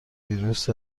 ویروس